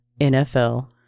NFL